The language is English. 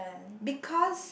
because